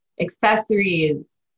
accessories